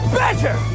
better